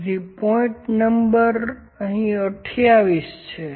તેથી point number અહીં 28 છે